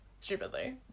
stupidly